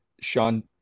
Sean